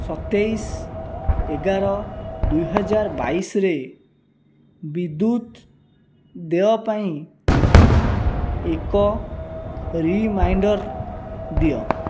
ସତେଇଶ ଏଗାର ଦୁଇହଜାର ବାଇଶରେ ବିଦ୍ୟୁତ୍ ଦେୟ ପାଇଁ ଏକ ରିମାଇଣ୍ଡର୍ ଦିଅ